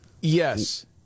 Yes